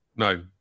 No